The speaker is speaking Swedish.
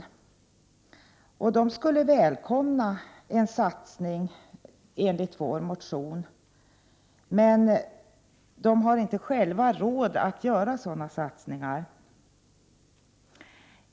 Dessa kommuner skulle välkomna en satsning i enlighet med vpk:s motion. Men dessa kommuner har inte själva råd att göra sådana satsningar.